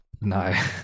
No